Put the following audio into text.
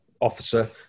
officer